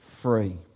free